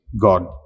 God